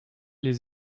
les